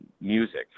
music